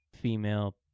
female